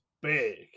big